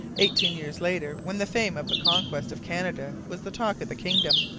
eighteen years later, when the fame of the conquest of canada was the talk of the kingdom,